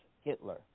Hitler